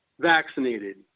vaccinated